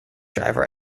driver